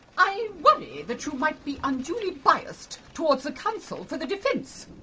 i worry that you might be unduly biased towards the counsel for the defence.